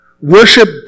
worship